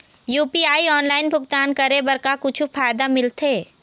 UPI online भुगतान करे बर का कुछू फायदा मिलथे?